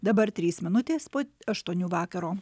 dabar trys minutės po aštuonių vakaro